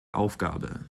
aufgabe